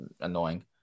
annoying